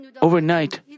overnight